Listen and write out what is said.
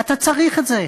אתה צריך את זה,